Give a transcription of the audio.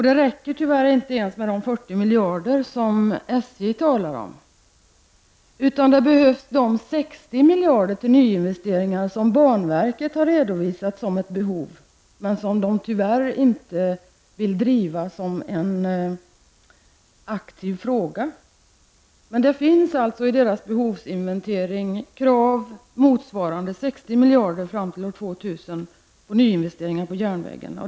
Det räcker tyvärr inte ens med de 40 miljarder som SJ talar om, utan det behövs de 60 miljarder för nyinvesteringar som banverket har redovisat i sin behovsinventering men som banverket tyvärr inte vill driva som en aktiv fråga. Det finns alltså i banverkets behovsinventering krav motsvarande 60 miljarder fram till år 2000 för nyinvesteringar på järnvägen.